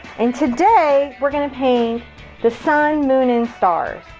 and today, we're gonna paint the sun, moon and stars.